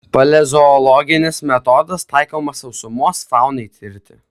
paleozoologinis metodas taikomas sausumos faunai tirti